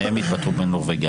שניהם יתפטרו בנורבגי,